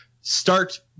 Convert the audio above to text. Start